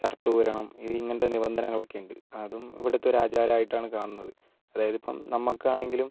shirt ഊരണം ഇങ്ങനത്തെ നിബന്ധനകൾ ഒക്കെയുണ്ട് അതും ഇവിടുത്തെ ഒരു ആചാരമായിട്ടാണ് കാണുന്നത് അതായത് ഇപ്പം നമ്മക്കാണെങ്കിലും